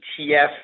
ETF